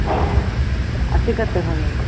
अथी कतेक हो गेल